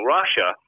Russia